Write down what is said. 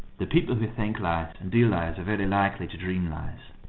the people who think lies, and do lies, are very likely to dream lies.